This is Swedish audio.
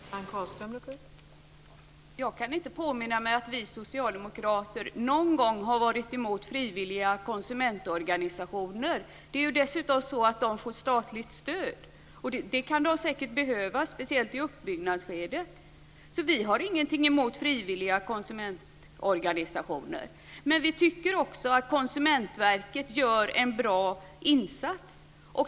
Fru talman! Jag kan inte påminna mig att vi socialdemokrater någon gång har varit emot frivilliga konsumentorganisationer. Det är dessutom så att de får statligt stöd, och det kan de säkert behöva, speciellt i uppbyggnadsskedet. Vi har alltså inget emot frivilliga konsumentorganisationer. Men vi tycker att Konsumentverket gör en bra insats.